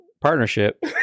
partnership